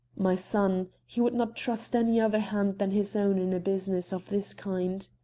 my son. he would not trust any other hand than his own in a business of this kind.